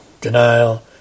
denial